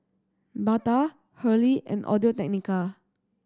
Bata Hurley and Audio Technica